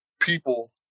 people